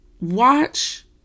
watch